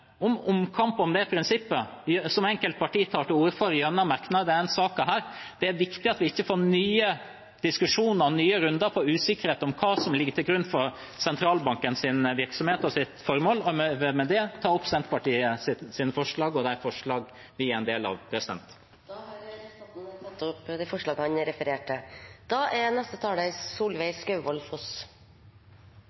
omkamp om det prinsippet, som enkelte partier tar til orde for gjennom merknader i denne saken. Det er viktig at vi ikke får nye diskusjoner og nye runder med usikkerhet om hva som ligger til grunn for sentralbankens virksomhet og formål. Jeg vil med det ta opp forslag nr. 3, fra Senterpartiet og SV. Representanten Sigbjørn Gjelsvik har tatt opp det forslaget han refererte